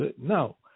No